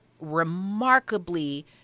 remarkably